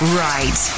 right